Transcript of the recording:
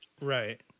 Right